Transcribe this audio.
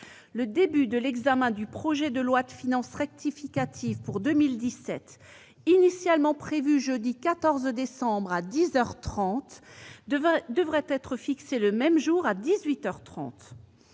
le début de l'examen du projet de loi de finances rectificative pour 2017, initialement prévu jeudi 14 décembre, à dix heures trente, devrait être fixé le même jour, à